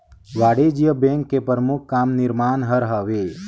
वाणिज्य बेंक के परमुख काम निरमान हर हवे